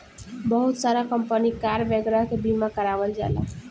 बहुत सारा company car वगैरह के बीमा करावल जाला